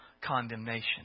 condemnation